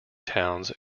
towns